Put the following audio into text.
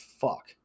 fuck